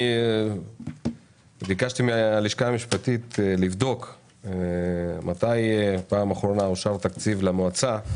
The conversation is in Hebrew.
אני ביקשתי מהלשכה המשפטית לבדוק מתי פעם אחרונה אושר תקציב למועצה,